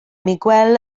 miguel